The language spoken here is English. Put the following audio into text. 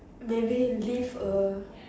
maybe leave uh